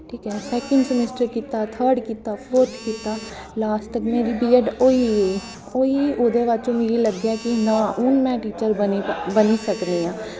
ठीक ऐ second semester कीता थर्ड कीता फोर्थ कीता लास्ट च मेरी बी ऐड होई गेई होई गेई ओह्दे बाद च मिगी लग्गेआ कि में हून गै टीचर बनी सकनी बनी सकनी आं